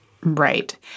Right